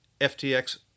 FTX